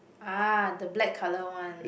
ah the black colour one